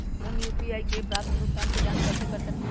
हम यू.पी.आई पर प्राप्त भुगतान के जाँच कैसे कर सकली ह?